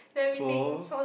four